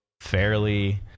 fairly